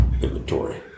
inventory